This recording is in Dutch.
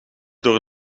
door